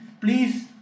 Please